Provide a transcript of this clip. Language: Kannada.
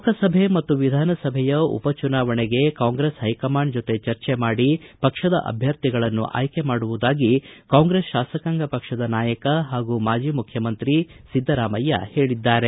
ಲೋಕಸಭೆ ಮತ್ತು ವಿಧಾಸಭೆಯ ಉಪಚುನಾವಣೆಗೆ ಕಾಂಗ್ರೆಸ್ ಹೈಕಮಾಂಡ್ ಜೊತೆ ಚರ್ಚೆ ಮಾಡಿ ಪಕ್ಷದ ಅಭ್ಯರ್ಥಿಗಳನ್ನು ಆಯ್ಕೆ ಮಾಡುವುದಾಗಿ ಕಾಂಗ್ರೆಸ್ ಶಾಸಕಾಂಗ ಪಕ್ಷದ ನಾಯಕ ಹಾಗೂ ಮಾಜಿ ಮುಖ್ಯಮಂತ್ರಿ ಒದ್ದರಾಮಯ್ಯ ಹೇಳಿದ್ದಾರೆ